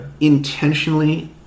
intentionally